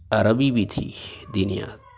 عربی بھی تھی دینیات